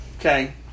Okay